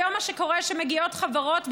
כיום מה שקורה זה שמגיעות חברות,